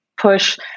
push